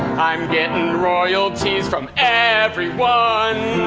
i'm getting royalties from everyone.